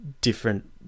different